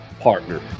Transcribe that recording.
partner